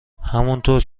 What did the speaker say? همونطور